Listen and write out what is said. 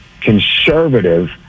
conservative